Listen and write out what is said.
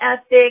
ethic